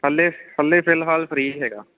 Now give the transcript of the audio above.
ਹਲੇ ਹਲੇ ਫ਼ਿਲਹਾਲ ਫ੍ਰੀ ਹੈਗਾ